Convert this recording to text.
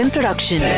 Production